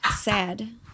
Sad